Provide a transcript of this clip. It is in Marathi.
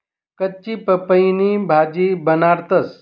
कच्ची पपईनी भाजी बनाडतंस